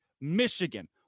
Michigan